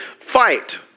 fight